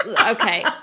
okay